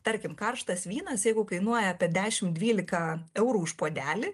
tarkim karštas vynas jeigu kainuoja apie dešim dvylika eurų už puodelį